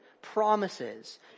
promises